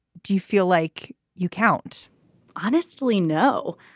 do you feel like you count honestly no.